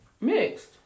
Mixed